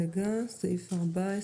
גם הוא.